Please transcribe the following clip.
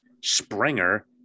Springer